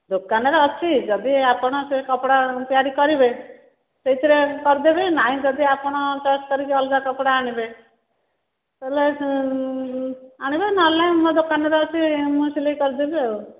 ଦୋକାନରେ ଅଛି ଯଦି ଆପଣ ସେଇ କପଡ଼ା ତିଆରି କରିବେ ସେଇଥିରେ କରିଦେବି ନାଇଁ ଯଦି ଆପଣ ଚଏସ୍ କରିକି ଅଲଗା କପଡ଼ା ଆଣିବେ ତାହେଲେ ଆଣିବେ ନହେଲେ ନାଇଁ ମୋ ଦୋକାନରେ ଅଛି ମୁଁ ସିଲେଇ କରିଦେବି ଆଉ